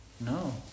No